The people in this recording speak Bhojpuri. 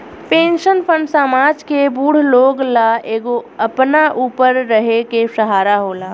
पेंशन फंड समाज के बूढ़ लोग ला एगो अपना ऊपर रहे के सहारा होला